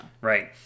Right